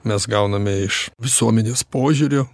mes gauname iš visuomenės požiūrio